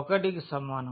1 కి సమానం